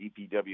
DPW